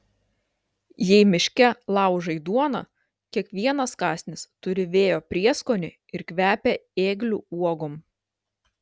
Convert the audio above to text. jei miške laužai duoną kiekvienas kąsnis turi vėjo prieskonį ir kvepia ėglių uogom